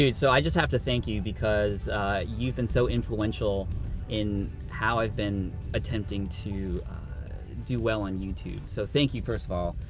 so i just have to thank you because you've been so influential in how i've been attempting to do well on youtube. so thank you, first of all.